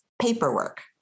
paperwork